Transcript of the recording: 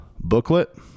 booklet